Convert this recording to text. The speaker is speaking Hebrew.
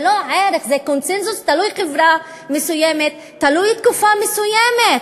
זה קונסנזוס תלוי חברה מסוימת, תלוי תקופה מסוימת.